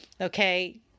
okay